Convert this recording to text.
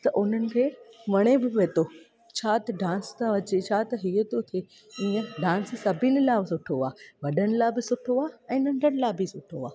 त उन्हनि खे वणे बि पिए थो छा त डांस थो अचे छा त हीअ थो थिए डांस सभिनी लाइ सुठो आहे वडनि लाइ बि सुठो आहे ऐं नन्ढनि लाइ बि सुठो आहे